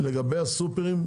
לגבי הסופרים,